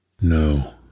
No